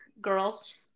girls